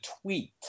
tweet